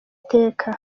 iteka